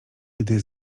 gdy